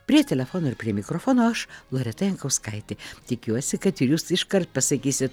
prie telefono ir prie mikrofono aš loreta jankauskaitė tikiuosi kad ir jūs iškart pasakysit